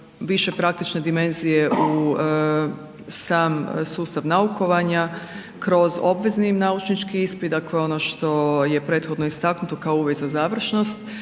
više praktične dimenzije u sam sustav naukovanja kroz obvezni naučnički ispit, dakle ono što je prethodno istaknuto kao uvjet za završnost.